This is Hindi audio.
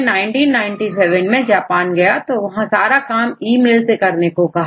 मैं जब जापान1997 मैं गया तो उन्होंने सारा काम ई मेल पर करने को कहा